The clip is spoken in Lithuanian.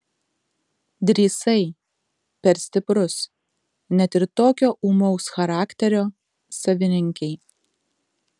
drįsai per stiprus net ir tokio ūmaus charakterio savininkei